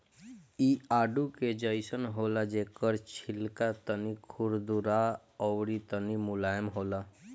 इ आडू के जइसन होला जेकर छिलका तनी खुरदुरा अउरी तनी मुलायम होला